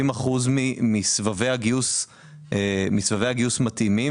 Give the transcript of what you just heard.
90% מסבבי הגיוס מתאימים,